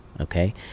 okay